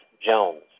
Jones